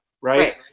Right